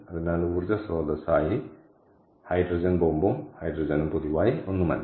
അതിനാൽ ഊർജ്ജ സ്രോതസ്സായി ഹൈഡ്രജൻ ബോംബും ഹൈഡ്രജനും പൊതുവായി ഒന്നുമല്ല